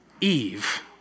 Eve